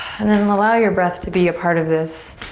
and then allow your breath to be a part of this.